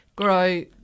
Grow